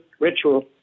ritual